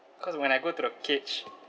cause when I go to the cage